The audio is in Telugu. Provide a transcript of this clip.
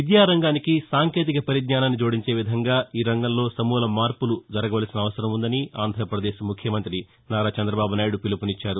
విద్యారంగానికి సాంకేతిక పరిజ్ఞానాన్ని జోడించే విధంగా ఈ రంగంలో సమూల మార్పులు జరగవలసిన అవసరం ఉందని ఆంధ్రప్రదేశ్ ముఖ్యమంతి నారా చంద్రబాబు నాయుడు పిలుపునిచ్చారు